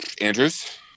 Andrews